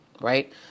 right